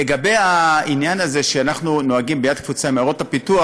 לגבי העניין הזה שאנחנו נוהגים ביד קפוצה עם עיירות הפיתוח,